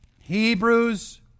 Hebrews